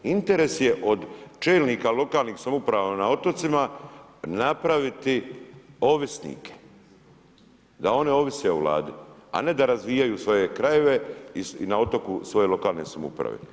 Interes je od čelnika lokalnih samouprava na otocima napraviti ovisnike, da oni ovise o Vlade, a ne da razvijaju svoje krajeve i na otoku svoje lokalne samouprave.